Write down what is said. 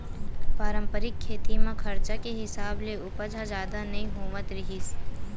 पारंपरिक खेती म खरचा के हिसाब ले उपज ह जादा नइ होवत रिहिस